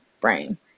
brain